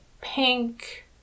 pink